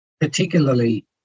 Particularly